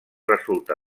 resultà